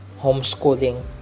Homeschooling